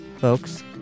folks